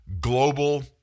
global